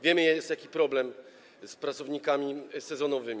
Wiemy, jaki jest problem z pracownikami sezonowymi.